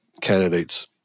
candidates